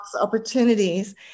opportunities